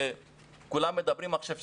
שכולם מדברים עכשיו,